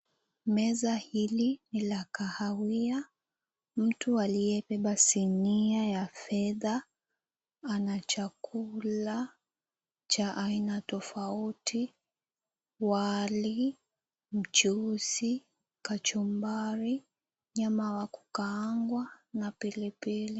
Meza hili ni la kahawia, mtu aliyebeba sinia ya fedha ana chakula cha aina tofauti, wali, mchuzi, kachumbari, nyama wa kukaangwa na pilipili.